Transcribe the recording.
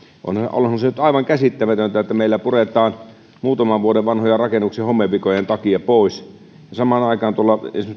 onhan se nyt aivan käsittämätöntä että meillä puretaan muutaman vuoden vanhoja rakennuksia homevikojen takia pois ja samaan aikaan esimerkiksi tuolla